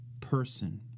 person